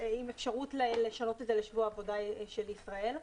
עם אפשרות לשנות את זה לשבוע עבודה של ישראל.